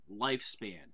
lifespan